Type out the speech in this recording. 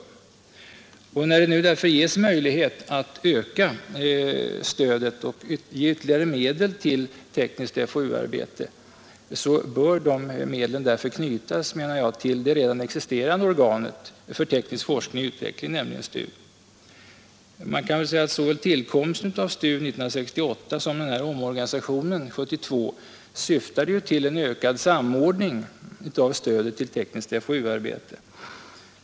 När det nu ges möjlighet att satsa ytterligare medel på tekniskt forskningsoch utvecklingsarbete bör de därför knytas till det redan existerande organet för teknisk forskning och utveckling, nämligen STU. Såväl tillkomsten av STU 1968, som omorganisationen 1972 syftade till ökad samordning av stödet till tekniskt forskningsoch utvecklings arbete.